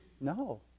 No